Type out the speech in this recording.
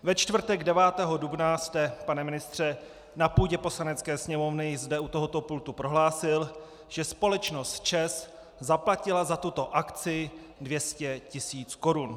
Ve čtvrtek 9. dubna jste, pane ministře, na půdě Poslanecké sněmovny zde u tohoto pultu prohlásil, že společnost ČEZ zaplatila za tuto akci 200 tisíc korun.